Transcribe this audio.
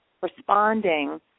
responding